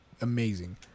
amazing